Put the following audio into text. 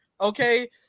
okay